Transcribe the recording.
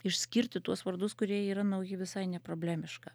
išskirti tuos vardus kurie yra nauji visai neproblemiška